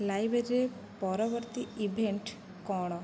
ଲାଇବ୍ରେରୀରେ ପରବର୍ତ୍ତୀ ଇଭେଣ୍ଟ୍ କ'ଣ